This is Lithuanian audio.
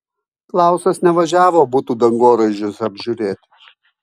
klausas nevažiavo butų dangoraižiuose apžiūrėti